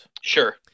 Sure